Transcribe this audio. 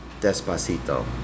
Despacito